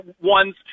ones